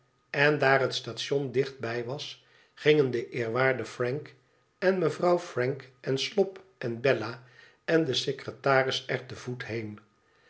en daar het station dichtbij was gingen de eerwaarde frank en mevrouw frank en slop en bella en de secretaris er te voet heen